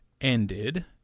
ended